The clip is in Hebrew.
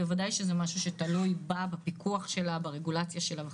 בוודאי אם זה תלוי ברגולציה שלה.